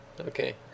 okay